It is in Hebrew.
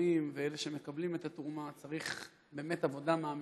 התורמים ואלה שמקבלים את התרומה,